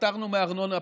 פטרנו מארנונה,